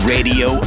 radio